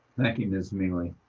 thank you, ms. mieli.